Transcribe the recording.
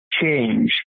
change